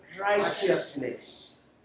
Righteousness